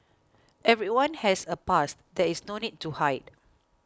everyone has a past there is no need to hide